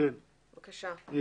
בבקשה.